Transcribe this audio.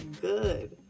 good